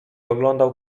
oglądał